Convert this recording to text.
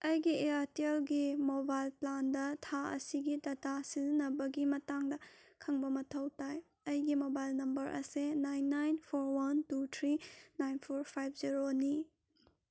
ꯑꯩꯒꯤ ꯏꯌꯔꯇꯦꯜꯒꯤ ꯃꯣꯕꯥꯏꯜ ꯄ꯭ꯂꯥꯟꯗ ꯊꯥ ꯑꯁꯤꯒꯤ ꯗꯇꯥ ꯁꯤꯖꯤꯟꯅꯕꯒꯤ ꯃꯇꯥꯡꯗ ꯈꯪꯕ ꯃꯊꯧ ꯇꯥꯏ ꯑꯩꯒꯤ ꯃꯣꯕꯥꯏꯜ ꯅꯝꯕꯔ ꯑꯁꯤ nine nine four one two three nine four five ꯖꯦꯔꯣꯅꯤ